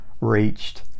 reached